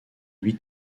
lui